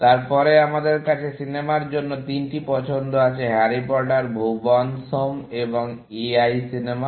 তারপরে আমাদের কাছে সিনেমার জন্য তিনটি পছন্দ আছে হ্যারি পটার ভুবনস হোম এবং A I সিনেমা